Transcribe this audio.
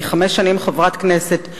חמש שנים אני חברת כנסת,